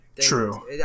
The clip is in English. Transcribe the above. True